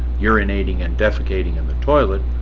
urinating and defecating in the toilet,